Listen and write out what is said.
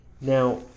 Now